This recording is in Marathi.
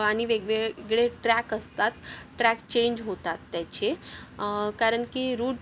आणि वेगवेगळे ट्रॅक असतात ट्रॅक चेंज होतात त्याचे कारण की रूट